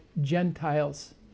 Gentiles